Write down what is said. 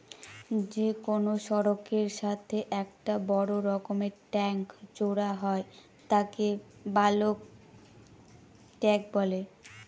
যে কোনো সড়কের সাথে একটা বড় রকমের ট্যাংক জোড়া হয় তাকে বালক ট্যাঁক বলে